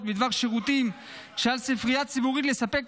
בדבר שירותים שעל ספרייה ציבורית לספק,